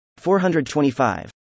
425